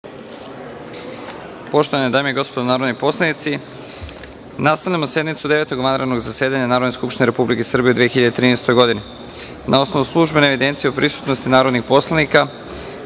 Poštovane dame i gospodo narodni poslanici, nastavljamo sednicu Devetog vanrednog zasedanja Narodne skupštine Republike Srbije u 2013. godini. Na osnovu službene evidencije o prisutnosti narodnih poslanika,